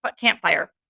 campfire